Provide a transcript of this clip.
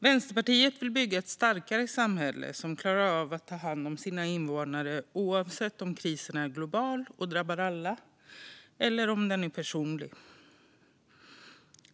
Vänsterpartiet vill bygga ett starkare samhälle som klarar av att ta hand om sina invånare oavsett om krisen är global och drabbar alla eller om den är personlig.